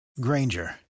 Granger